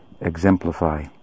exemplify